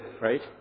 right